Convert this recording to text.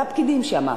זה הפקידים שם,